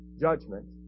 judgment